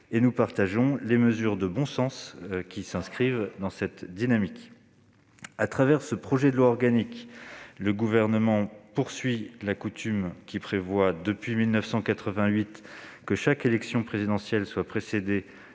Nous partageons les mesures de bon sens s'inscrivant dans cette dynamique. À travers ce projet de loi organique, le Gouvernement poursuit la coutume qui prévoit, depuis 1988, que chaque élection présidentielle soit précédée